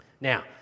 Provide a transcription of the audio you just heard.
Now